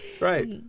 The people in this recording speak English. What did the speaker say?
right